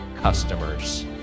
customers